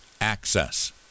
access